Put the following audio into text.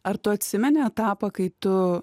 ar tu atsimeni etapą kai tu